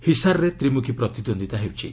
ହିସାରରେ ତ୍ରିମୁଖୀ ପ୍ରତିଦ୍ୱନ୍ଦିତା ହେଉଛି